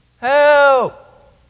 Help